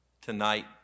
tonight